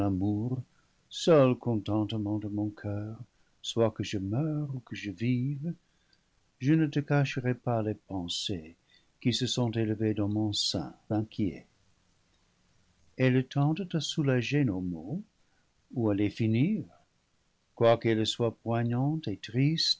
seul contentement de mon coeur soit que je meure ou que je vive je ne te cacherai pas les pensées qui se sont élevées dans mon sein inquiet elles tendent à sou lager nos maux ou à les finir quoiqu'elles soient poignantes et tristes